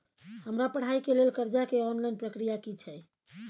हमरा पढ़ाई के लेल कर्जा के ऑनलाइन प्रक्रिया की छै?